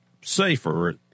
safer